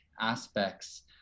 aspects